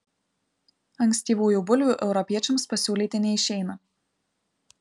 ankstyvųjų bulvių europiečiams pasiūlyti neišeina